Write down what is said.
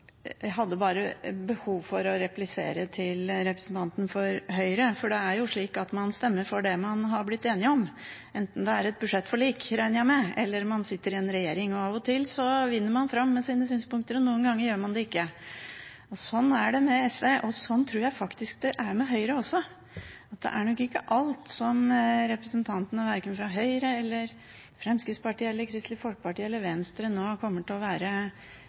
jo slik at man stemmer for det man har blitt enige om, enten det er et budsjettforlik, regner jeg med, eller man sitter i regjering. Av og til vinner man fram med sine synspunkter, og noen ganger gjør man det ikke. Sånn er det med SV, og sånn tror jeg det er med Høyre også. Det er nok ikke alt som representantene verken fra Høyre, Fremskrittspartiet, Kristelig Folkeparti eller Venstre nå kommer til å være